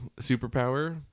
superpower